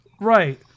right